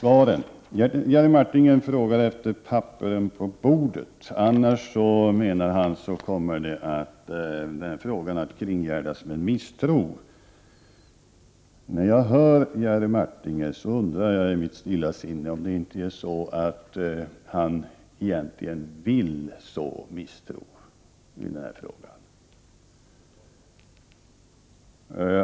Jerry Martinger ville att papperen skulle läggas på bordet. Han menade att denna f.aga annars kommer att kringgärdas av misstro. När jag hör Jerry Martinger undrar jag i mitt stilla sinne om det inte är så, att han egentligen vill sprida misstro.